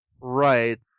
Right